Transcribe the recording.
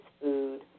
food